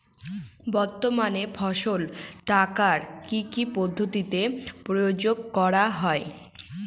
বর্তমানে ফসল কাটার কি কি পদ্ধতি প্রয়োগ করা হয়?